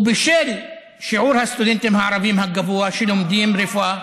בשל שיעור הסטודנטים הערבים הגבוה שלומדים רפואה,